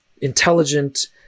intelligent